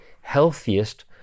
healthiest